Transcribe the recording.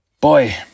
boy